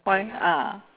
why ah